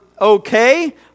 okay